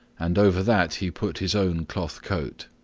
and over that he put his own cloth coat.